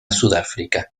sudáfrica